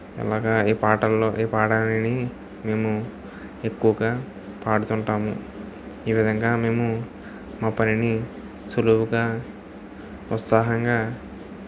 ఇలాగ ఈ పాటల్లో పాడాలని మేము ఎక్కువగా పాడుతుంటాము ఈ విధంగా మేము మా పనిని సులువుగా ఉత్సాహంగా